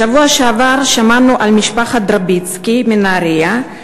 בשבוע שעבר שמענו על משפחת דרוביצקי מנהרייה,